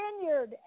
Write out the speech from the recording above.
vineyard